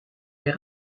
les